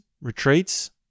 retreats